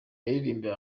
yaririmbye